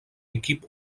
équipe